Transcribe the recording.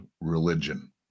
religion